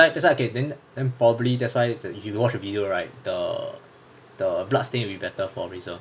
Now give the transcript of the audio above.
ya that's why okay then then probably that's why if you watched the video right the the blood stain will be better for razor